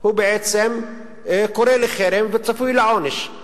הוא בעצם, קורא לחרם וצפוי לעונש.